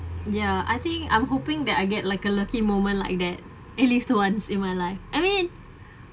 ya I think I'm hoping that I get like a lucky moment like that at least once in my life I mean